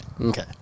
okay